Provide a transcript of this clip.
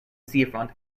seafront